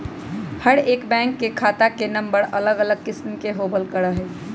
हर एक बैंक के खाता के नम्बर अलग किस्म के होबल करा हई